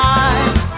eyes